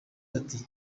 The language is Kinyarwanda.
ati